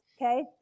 okay